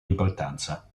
importanza